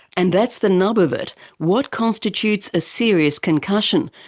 and that's the nub of it what constitutes a serious concussion?